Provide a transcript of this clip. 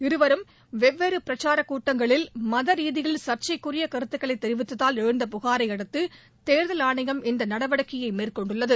இருவரும் வெவ்வேறு பிரச்சாரக் கூட்டங்களில் மத ரீதியில் சர்சைக்குரிய கருத்துக்களை தெரிவித்ததால் எழுந்த புகாரை அடுத்து தேர்தல் மேற்கொண்டுள்ளது